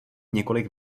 několik